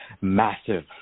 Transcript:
massive